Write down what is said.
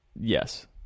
yes